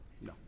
no